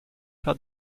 par